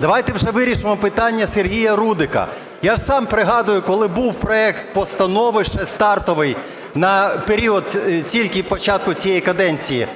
Давайте вже вирішимо питання Сергія Рудика. Я ж сам пригадую, коли був проект постанови ще стартовий на період тільки початку цієї каденції,